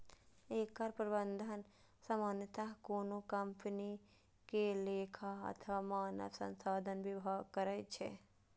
एकर प्रबंधन सामान्यतः कोनो कंपनी के लेखा अथवा मानव संसाधन विभाग करै छै